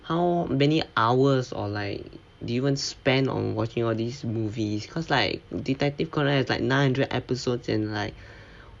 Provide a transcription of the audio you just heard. how many hours or like you even spend on watching all these movies cause like detective conan is like nine hundred episodes and like